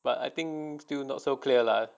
but I think still not so clear lah